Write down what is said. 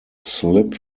slip